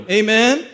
amen